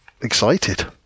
excited